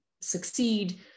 succeed